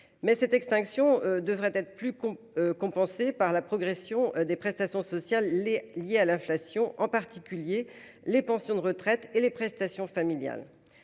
Mais cette extinction devrait être plus con compensée par la progression des prestations sociales les liée à l'inflation, en particulier les pensions de retraite et les prestations familiales.